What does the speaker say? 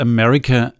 America